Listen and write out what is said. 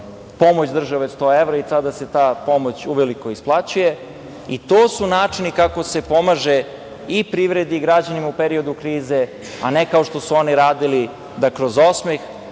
pomoć države od 100 evra i sada se ta pomoć uveliko isplaćuje. To su načini kako se pomaže i privredi i građanima u periodu krize, a ne kao što su oni radili da kroz osmeh